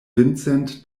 vincent